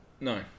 No